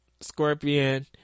Scorpion